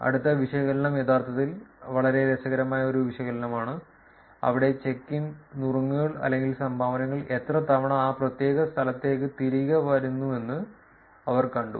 അടുത്ത വിശകലനം യഥാർത്ഥത്തിൽ വളരെ രസകരമായ ഒരു വിശകലനമാണ് അവിടെ ചെക്ക് ഇൻ നുറുങ്ങുകൾ അല്ലെങ്കിൽ സംഭാവനകൾ എത്ര തവണ ആ പ്രത്യേക സ്ഥലത്തേക്ക് തിരികെ വരുന്നുവെന്ന് അവർ കണ്ടു